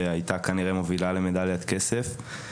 שהיתה כנראה מובילה למדליית כסף,